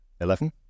Eleven